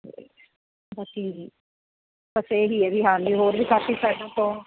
ਅਤੇ ਬਾਕੀ ਬਸ ਇਹੀ ਹੈ ਵੀ ਹਾਂਜੀ ਹੋਰ ਵੀ ਕਾਫੀ ਸਾਈਡਾਂ ਤੋਂ